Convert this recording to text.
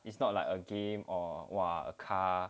it's not like a game or !wah! a car